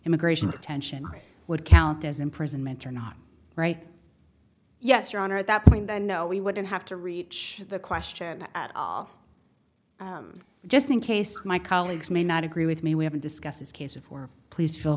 immigration detention would count as imprisonment or not right yes your honor at that point i know we wouldn't have to reach the question at all just in case my colleagues may not agree with me we have discussed this case before please feel